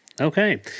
Okay